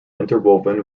interwoven